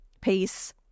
peace